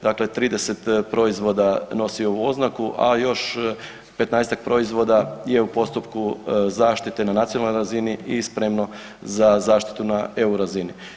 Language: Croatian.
Dakle, 30 proizvoda nosi ovu oznaku, a još 15-tak proizvoda je u postupku zaštite na nacionalnoj razini i spremno za zaštitu na EU razini.